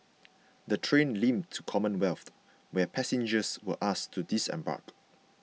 the train limped to Commonwealth where passengers were asked to disembark